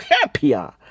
happier